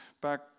back